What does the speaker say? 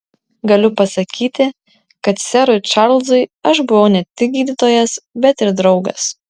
galiu pasakyti kad serui čarlzui aš buvau ne tik gydytojas bet ir draugas